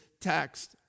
text